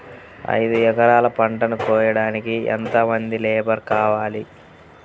ఐదు ఎకరాల పంటను కోయడానికి యెంత మంది లేబరు కావాలి?